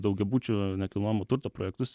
daugiabučių nekilnojamo turto projektus